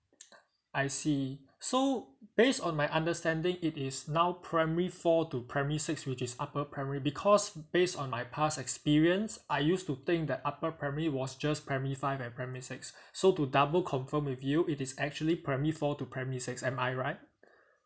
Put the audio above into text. I see so base on my understanding it is now primary four to primary six which is upper primary because base on my past experience I used to think that upper primary was just primary five and primary six so to double confirm with you it is actually primary four to primary six am I right